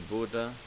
Buddha